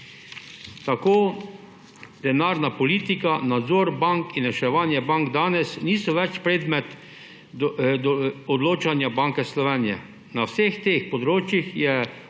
Tako denarna politika, nadzor bank in reševanje bank danes niso več predmet odločanja Banke Slovenije. Na vseh teh področjih je